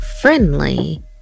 friendly